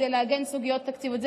כדי לעגן סוגיות תקציביות.